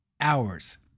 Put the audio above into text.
hours